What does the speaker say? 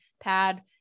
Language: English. pad